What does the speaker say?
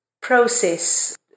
process